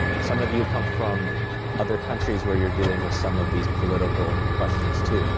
some of you come from other countries where you're dealing with some of these political questions, too.